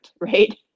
right